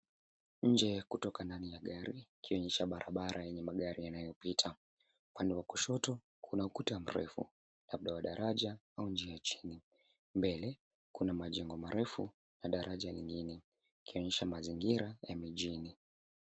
Nje ya kutoka ndani ya gari ikionyesha barabara yenye magari yanayopita. Upande wa kushoto kuna ukuta mrefu labda wa daraja au njia ya chini. Mbele kuna majengo marefu na daraja nyingine ikionyesha mazingira ya mjini.